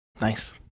Nice